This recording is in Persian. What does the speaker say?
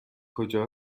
کجا